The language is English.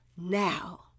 now